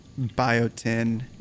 Biotin